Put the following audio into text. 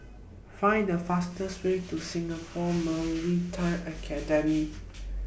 Find The fastest Way to Singapore Maritime Academy